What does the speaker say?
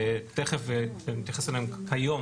תיכף, נתייחס אליהם היום